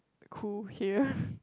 cool here